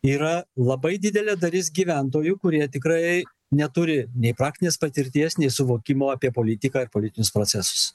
yra labai didelė dalis gyventojų kurie tikrai neturi nei praktinės patirties nei suvokimo apie politiką ir politinius procesus